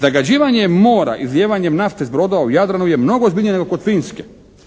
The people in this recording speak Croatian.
Zagađivanje mora izlijevanjem nafte s brodova u Jadranu je mnogo ozbiljnije nego kod Finske.